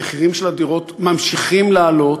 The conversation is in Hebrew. מחירי הדירות ממשיכים לעלות,